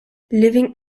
living